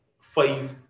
five